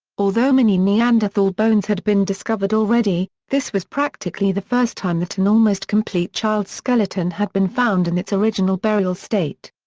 although many neanderthal bones had been discovered already, this was practically the first time that an almost complete child's skeleton had been found in its original burial state.